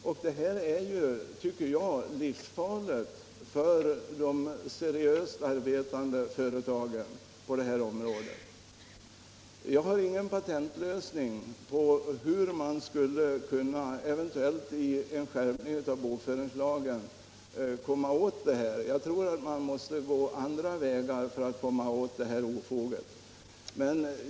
Detta är livsfarligt för de seriöst arbetande företagen. Jag har ingen patentlösning på hur man, eventuellt genom en skärpning av bokföringslagen, skulle kunna komma åt dessa problem. Jag tror att man måste gå andra vägar för att komma åt detta ofog.